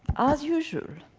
as usual.